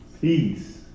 Peace